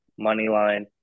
Moneyline